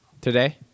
Today